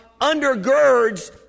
undergirds